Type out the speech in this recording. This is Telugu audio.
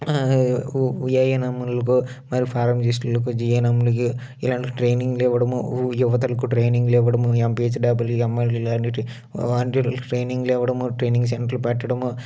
ఆ వ్య వ్యాయణములకు మరియు ఫారమెస్టులకి జయాణింలకి ఎలాంటి ట్రైనింగ్లు ఇవ్వడము యువతలకి ట్రైనింగ్లు ఇవ్వడం ఎంపిహెచ్డబ్ల్యులకి యమ్యల్ఏలకి అన్నిటికి వాటిలకి టైనింగ్లు ఇవ్వడము టైనింగ్ సెంటర్లు పెట్టడము